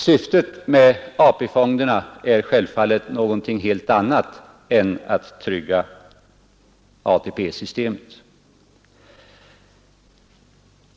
Syftet med AP-fonderna är självfallet ett helt annat än att trygga ATP-systemet.